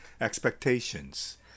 expectations